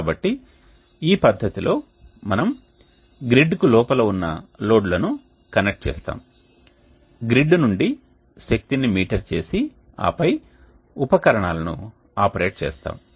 కాబట్టి ఈ పద్ధతిలో మనము గ్రిడ్కు లోపల ఉన్న లోడ్లను కనెక్ట్ చేస్తాము గ్రిడ్ నుండి శక్తిని మీటర్ చేసి ఆపై ఉపకరణాలను ఆపరేట్ చేస్తాము